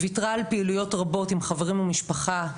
ויתרה על פעילויות רבות עם חברים ומשפחה,